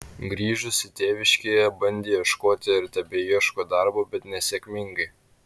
grįžusi tėviškėje bandė ieškoti ir tebeieško darbo bet nesėkmingai